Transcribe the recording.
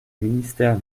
ministère